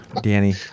Danny